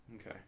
Okay